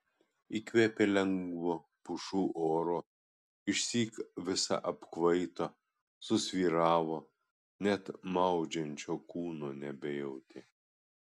įkvėpė lengvo pušų oro išsyk visa apkvaito susvyravo net maudžiančio kūno nebejautė